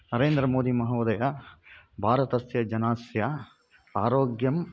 नरेन्द्रमोदि महोदय भारतस्य जनस्य आरोग्यं